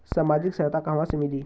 सामाजिक सहायता कहवा से मिली?